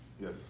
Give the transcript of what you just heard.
Yes